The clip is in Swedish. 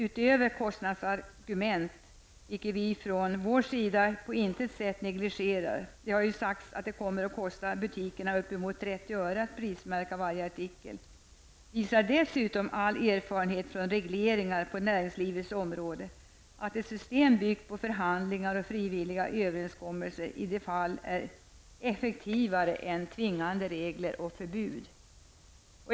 Utöver kostnadsargumentet, vilket vi från vår sida på intet sätt negligerar -- det har sagts att det kommer att kosta butikerna uppemot 30 öre att prismärka varje artikel -- visar all erfarenhet från regleringar på näringslivets område att ett system byggt på förhandlingar och frivilliga överenskommelser i dessa fall är effektivare än tvingande regler och förbud.